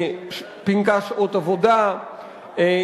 פנקס שעות עבודה,